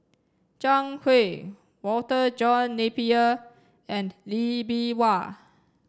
zhang Hui Walter John Napier and Lee Bee Wah